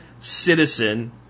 citizen